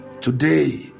Today